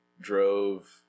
drove